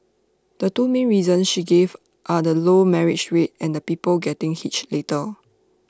the two main reasons she gave are the low marriage rate and people getting hitched later